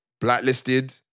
Blacklisted